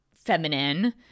feminine